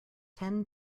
ten